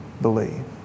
believe